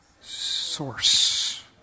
source